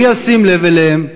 מי ישים לב אליהם?